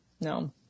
No